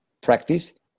practice